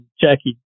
Jackie